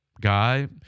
guy